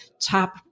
top